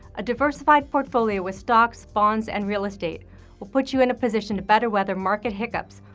a diversified portfolio with stocks, bonds, and real estate will put you in a position to better weather market hiccups,